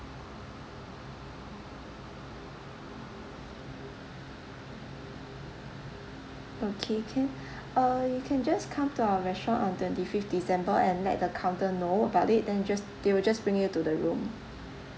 okay can uh you can just come to our restaurant on twenty fifth december and let the counter know about it then you just they will just bring you to the room